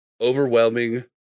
Overwhelming